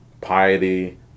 piety